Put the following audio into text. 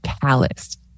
calloused